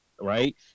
right